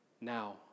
now